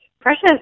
precious